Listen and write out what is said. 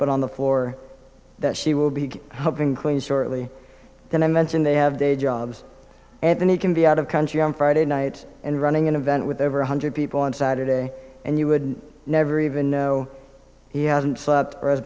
but on the floor that she will be helping clean shortly then i mention they have day jobs and then he can be out of country on friday night and running an event with over one hundred people on saturday and you would never even know he hasn't